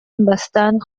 бастаан